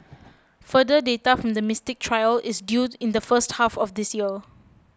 further data from the Mystic trial is due in the first half of this year